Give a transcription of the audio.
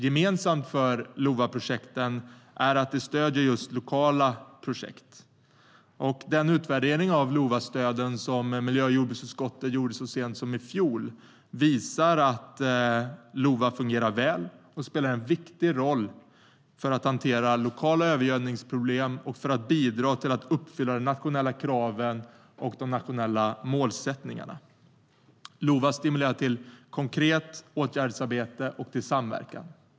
Gemensamt för LOVA-projekten är att de stöder just lokala projekt, och den utvärdering av LOVA-stöden som miljö och jordbruksutskottet gjorde så sent som i fjol visade att LOVA fungerar väl och spelar en viktig roll för att hantera lokala övergödningsproblem och bidra till att uppfylla de nationella kraven och målsättningarna. LOVA stimulerar till ett konkret åtgärdsarbete och till samverkan.